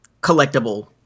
collectible